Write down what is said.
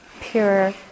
pure